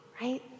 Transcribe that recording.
right